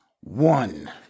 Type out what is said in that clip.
One